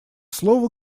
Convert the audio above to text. слово